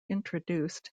introduced